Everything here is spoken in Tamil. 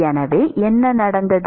எனவே என்ன நடந்தது